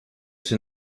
czy